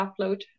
upload